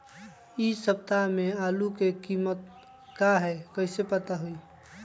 इ सप्ताह में आलू के कीमत का है कईसे पता होई?